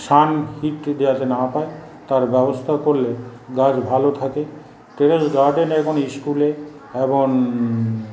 সান হিটটা যাতে না পায় তার ব্যবস্থাও করলে গাছ ভালো থাকে টেরেস গার্ডেন এবং ইস্কুলে এবং